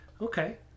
Okay